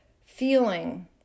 feeling